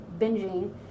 binging